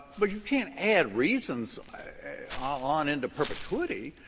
but you can't add reasons ah on into perpetuity.